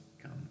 come